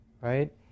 right